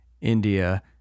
India